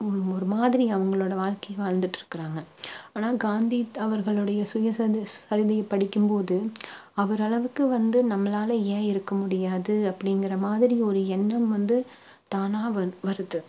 ஒரு மாதிரி அவங்களோட வாழ்க்கையை வாழ்ந்துட்டு இருக்கிறாங்க ஆனால் காந்தி அவர்களுடைய சுய சரிதை சரிதையை படிக்கும் போது அவர் அளவுக்கு வந்து நம்மளால் ஏன் இருக்க முடியாது அப்படிங்கிற மாதிரி ஒரு எண்ணம் வந்து தானாக வ வருது